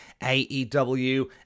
AEW